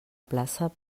plaça